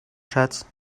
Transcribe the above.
schatz